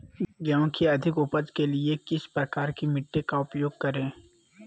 गेंहू की अधिक उपज के लिए किस प्रकार की मिट्टी का उपयोग करे?